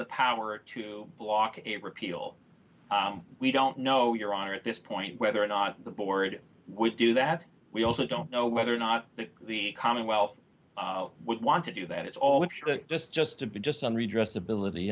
the power to block and repeal we don't know your honor at this point whether or not the board was do that we also don't know whether or not the commonwealth would want to do that it's always just just to be just on redress ability